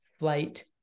flight